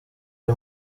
ari